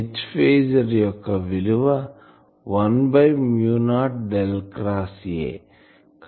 H phasor యొక్క విలువ 1 by mu naught del cross A